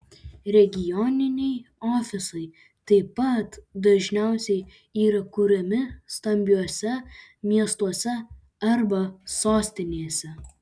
regioniniai ofisai taip pat dažniausiai yra kuriami stambiuose miestuose arba sostinėse